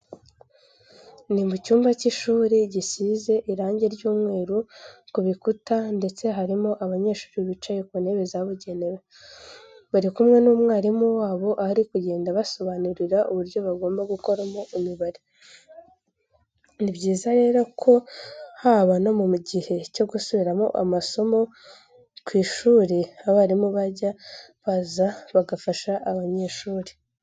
Ni mu cyumba cy'ishuri gisize irange ry'umweru ku bikuta ndetse harimo abanyeshuri bicaye mu ntebe zabugenewe. Bari kumwe n'umwarimu wabo aho ari kugenda abasobanurira ubuyo bagomba gukoramo Imibare. Ni byiza rero ko haba no mu gihe cyo gusubiramo amaso ku ishuri abarimu bajya baza bagafasha abanyeshuri.